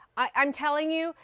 i'm telling you,